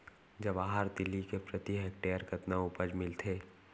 जवाहर तिलि के प्रति हेक्टेयर कतना उपज मिलथे?